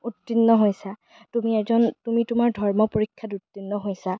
উত্তীৰ্ণ হৈছা তুমি এজন তুমি তোমাৰ ধৰ্ম পৰীক্ষা ত উত্তীৰ্ণ হৈছা